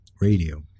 Radio